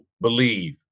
believe